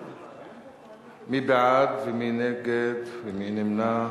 מי בעד ומי נגד ומי נמנע?